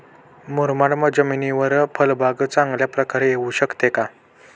मुरमाड जमिनीवर फळबाग चांगल्या प्रकारे येऊ शकते का?